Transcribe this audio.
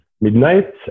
midnight